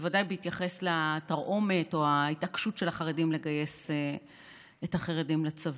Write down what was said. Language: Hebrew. בוודאי בהתייחס לתרעומת או להתעקשות של החרדים בגיוס החרדים לצבא,